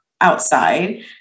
outside